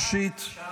ראשית --- גלעד,